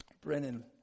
Brennan